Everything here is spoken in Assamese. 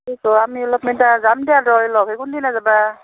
অ' আমি অলপমান এতিয়া যাম দিয়া ত লগহৈ কোন দিনা যাবা